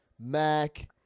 Mac